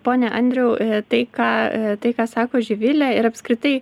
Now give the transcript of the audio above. pone andriau tai ką tai ką sako živilė ir apskritai